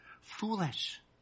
Foolish